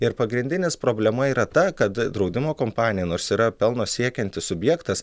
ir pagrindinis problema yra ta kad draudimo kompanija nors yra pelno siekiantis subjektas